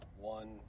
one